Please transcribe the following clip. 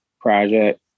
project